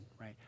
right